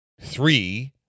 Three